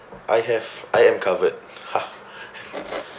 I have I am covered